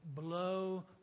blow